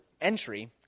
entry